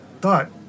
thought